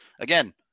again